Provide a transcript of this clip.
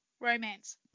romance